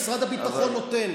משרד הביטחון נותן,